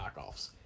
knockoffs